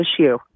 issue